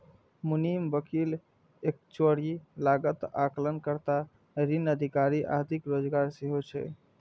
मुनीम, वकील, एक्चुअरी, लागत आकलन कर्ता, ऋण अधिकारी आदिक रोजगार सेहो छै